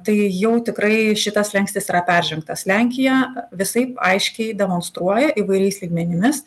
tai jau tikrai šitas slenkstis yra peržengtas lenkija visaip aiškiai demonstruoja įvairiais lygmenimis